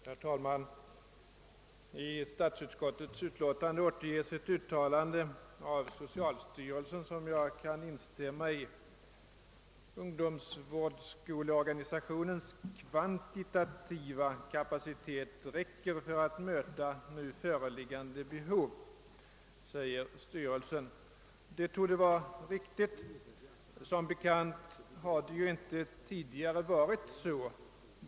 Herr talman! I statsutskottets utlåtande under denna punkt återges ett uttalande av socialstyrelsen, som jag kan instämma i. Ungdomsvårdsskoleorganisationens kvantitativa kapacitet räcker för att fylla nu föreliggande behov, säger styrelsen. Det torde vara riktigt. Som bekant har det inte tidigare förhållit sig på det sättet.